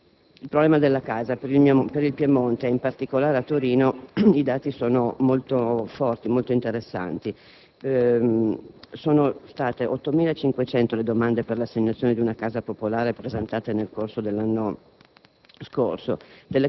al problema della casa in Piemonte, in particolare a Torino, i dati sono molto forti e interessanti: sono state 8.500 le domande per l'assegnazione di una casa popolare presentate lo scorso anno,